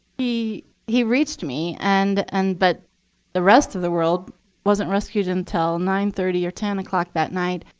he he reached me, and and but the rest of the world wasn't rescued until nine thirty or ten o'clock that night.